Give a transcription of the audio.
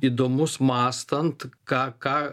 įdomus mąstant ką ką